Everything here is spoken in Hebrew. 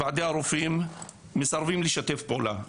ועדי הרופאים מסרבים לשתף פעולה.